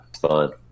fun